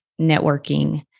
networking